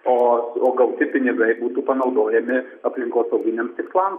o o gauti pinigai būtų panaudojami aplinkosauginiams tikslams